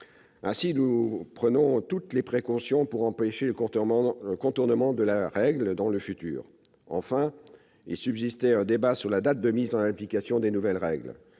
Ainsi, nous prenons toutes les précautions pour empêcher le contournement de la règle dans le futur. Un débat subsistait sur la date de mise en application des nouvelles règles